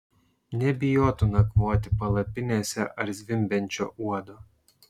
nebijotų nakvoti palapinėse ar zvimbiančio uodo